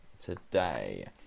today